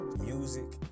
music